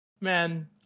man